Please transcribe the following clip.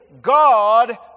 God